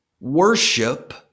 Worship